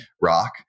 rock